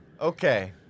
Okay